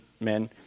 men